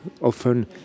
often